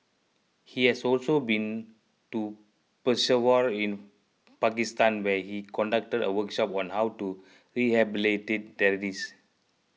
he has also been to Peshawar in Pakistan where he conducted a workshop on how to rehabilitate terrorists